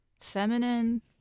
feminine